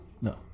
No